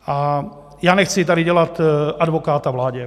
A já nechci tady dělat advokáta vládě.